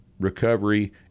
recovery